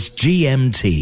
gmt